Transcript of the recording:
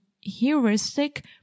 heuristic